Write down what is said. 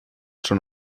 schon